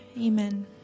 Amen